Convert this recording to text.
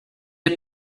had